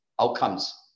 outcomes